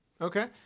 Okay